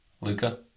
Luca